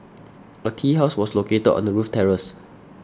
a tea house was located on the roof terrace